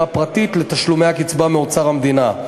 הפרטית לתשלומי הקצבה מאוצר המדינה.